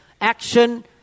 action